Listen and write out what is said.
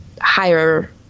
higher